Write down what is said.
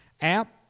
app